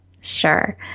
Sure